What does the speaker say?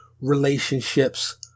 relationships